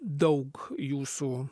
daug jūsų